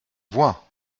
voix